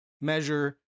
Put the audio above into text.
measure